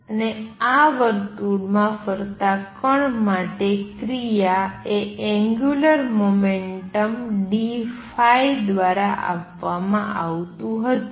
અને આ વર્તુળમાં ફરતા કણ માટે ક્રિયા એ એંગ્યુલર મોમેંટમ dϕ દ્વારા આપવામાં આવતું હતું